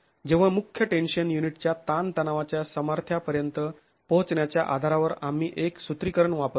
जेव्हा मुख्य टेन्शन युनिटच्या ताण तणावाच्या समर्थ्यापर्यंत पोहोचण्याच्या आधारावर आम्ही एक सूत्रीकरण वापरतो